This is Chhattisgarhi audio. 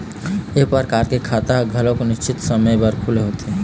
ए परकार के खाता ह घलोक निस्चित समे बर खुले होथे